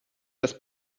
das